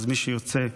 מי שירצה,